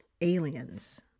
aliens